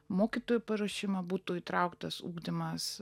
mokytojų paruošimą būtų įtrauktas ugdymas